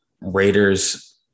Raiders